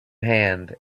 hand